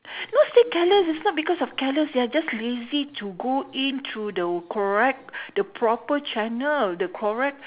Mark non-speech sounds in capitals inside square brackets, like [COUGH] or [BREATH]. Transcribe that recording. [BREATH] not say careless it's not because of careless they are just lazy to go in through the correct [BREATH] the proper channel the correct [BREATH]